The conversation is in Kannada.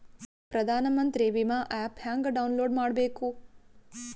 ಪ್ರಧಾನಮಂತ್ರಿ ವಿಮಾ ಆ್ಯಪ್ ಹೆಂಗ ಡೌನ್ಲೋಡ್ ಮಾಡಬೇಕು?